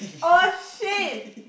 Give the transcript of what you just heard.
oh shit